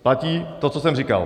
Platí to, co jsem říkal.